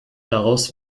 daraus